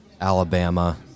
Alabama